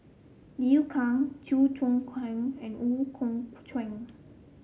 Liu Kang Chew Choo Keng and Ooi Kok Chuen